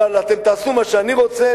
אבל אתם תעשו מה שאני רוצה,